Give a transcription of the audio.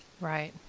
Right